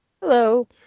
Hello